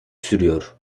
sürüyor